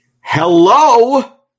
Hello